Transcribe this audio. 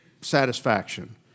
satisfaction